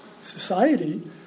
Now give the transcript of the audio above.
society